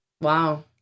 Wow